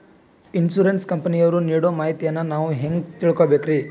Insurance ಕಂಪನಿಯವರು ನೀಡೋ ಮಾಹಿತಿಯನ್ನು ನಾವು ಹೆಂಗಾ ತಿಳಿಬೇಕ್ರಿ?